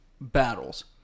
battles